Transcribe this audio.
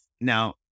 now